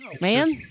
Man